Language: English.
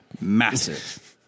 massive